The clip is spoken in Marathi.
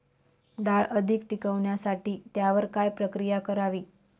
डाळ अधिक टिकवण्यासाठी त्यावर काय प्रक्रिया करावी?